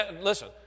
listen